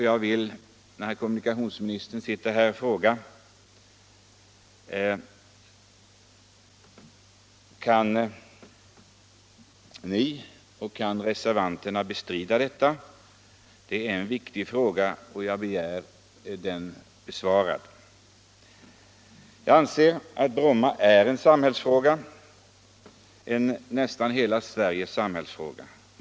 Jag vill när herr kommunikationsministern befinner sig i kammaren fråga: Kan ni och kan reservanterna bestrida detta? Det är en viktig fråga, och jag begär att få den besvarad. Jag anser att Bromma är en samhällsfråga, en nästan hela Sveriges samhällsfråga.